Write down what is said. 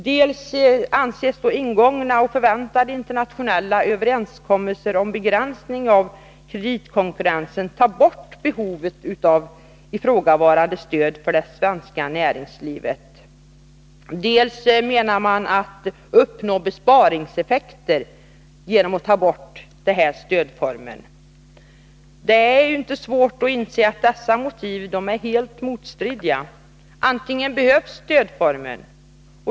Dels anses ingångna och förväntade internationella överenskommelser om begränsning av kreditkonkurrensen ta bort behovet av ifrågavarande stöd för det svenska näringslivet, dels menar man sig uppnå besparingseffekter genom att stödformen upphör. Det är inte svårt att inse att dessa motiv är motstridiga. Antingen behövs stödformen.